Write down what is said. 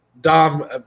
Dom